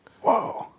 Whoa